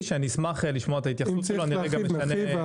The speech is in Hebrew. שאני אשמח לשמוע את ההתייחסות שלו לגבי זה.